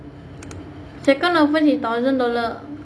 second offence is thousand dollar